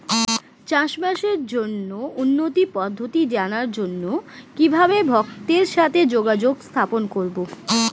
চাষবাসের জন্য উন্নতি পদ্ধতি জানার জন্য কিভাবে ভক্তের সাথে যোগাযোগ স্থাপন করব?